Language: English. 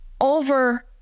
over